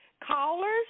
Callers